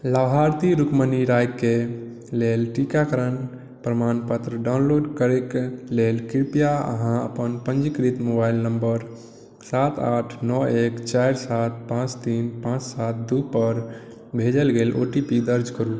लाभार्थी रुक्मीनी राय के लेल टीकाकरणक प्रमाणपत्र डाउनलोड करैक लेल कृपया अहाँ अपन पंजीकृत मोबाइल नंबर सात आठ नओ एक चारि सात पाँच तीन पाँच सात दू पर भेजल गेल ओ टी पी दर्ज करु